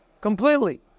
Completely